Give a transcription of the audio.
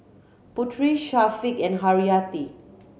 Putri Syafiq and Haryati